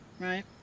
Right